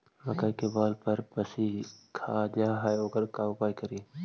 मकइ के बाल सब पशी खा जा है ओकर का उपाय करबै?